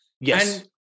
Yes